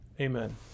Amen